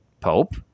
pope